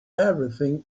everything